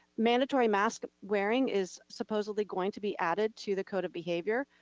mandatory mask wearing is supposedly going to be added to the code of behavior,